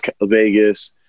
Vegas